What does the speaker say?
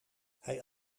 hij